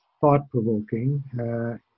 thought-provoking